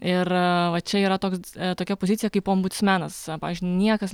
ir va čia yra toks tokia pozicija kaip ombudsmenas niekas